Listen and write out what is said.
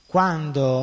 Quando